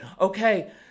okay